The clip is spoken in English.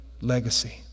legacy